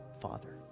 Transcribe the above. father